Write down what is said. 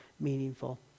meaningful